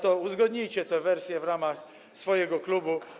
To uzgodnijcie te wersje w ramach swojego klubu.